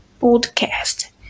podcast